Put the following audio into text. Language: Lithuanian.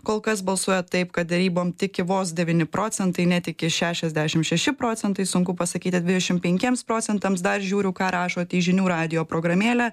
kol kas balsuojat taip kad derybom tiki vos devyni procentai netiki šešiasdešim šeši procentai sunku pasakyti dvidešim penkiems procentams dar žiūriu ką rašot į žinių radijo programėlę